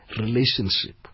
relationship